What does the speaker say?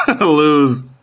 Lose